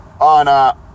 on